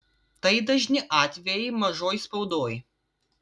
tai dažni atvejai mažoj spaudoj